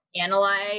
analyze